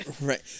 Right